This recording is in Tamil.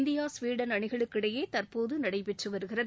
இந்தியா ஸ்வீடன் அணிகளுக்கு இடையே தற்போது நடைபெற்று வருகிறது